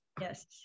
Yes